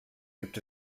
gibt